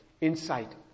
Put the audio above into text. insight